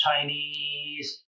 Chinese